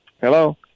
Hello